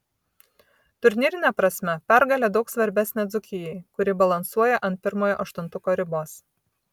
turnyrine prasme pergalė daug svarbesnė dzūkijai kuri balansuoja ant pirmojo aštuntuko ribos